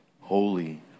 holy